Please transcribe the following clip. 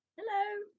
Hello